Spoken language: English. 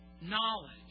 knowledge